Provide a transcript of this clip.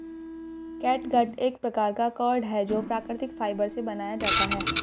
catgut एक प्रकार का कॉर्ड है जो प्राकृतिक फाइबर से बनाया जाता है